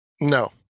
No